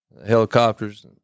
Helicopters